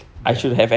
ya